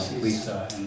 Lisa